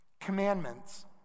commandments